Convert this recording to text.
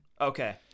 Okay